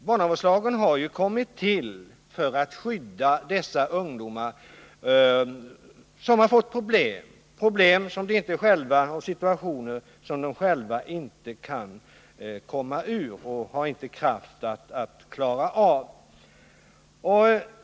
Barnavårdslagen har ju kommit till för att skydda ungdomar som har fått problem eller befinner sig i situationer som de själva inte kan komma ur eller har kraft att klara av.